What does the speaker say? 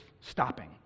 stopping